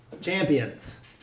Champions